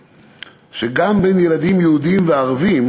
שגם בין ילדים יהודים וערבים,